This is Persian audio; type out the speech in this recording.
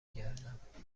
گردم